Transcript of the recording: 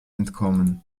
entkommen